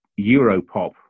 Europop